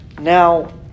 Now